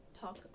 talk